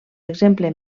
exemple